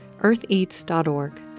eartheats.org